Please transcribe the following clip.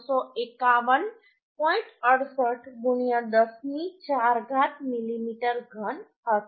68 10 ની 4 ઘાત મિલીમીટર ઘન હશે